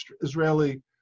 Israeli